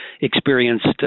experienced